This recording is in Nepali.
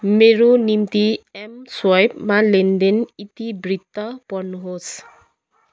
मेरो निम्ति एमस्वाइपमा लेनदेन इतिवृत्त पढ्नुहोस्